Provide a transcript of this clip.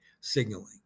signaling